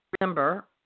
remember